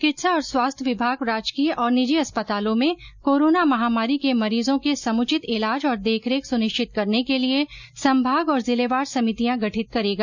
चिकित्सा और स्वास्थ्य विभाग राजकीय और निजी अस्पतालों में कोरोना महामारी के मरीजों के समुचित इलाज और देखरेख सुनिश्चित करने के लिये संभाग और जिलेवार समितियां गठित करेगा